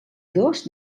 dos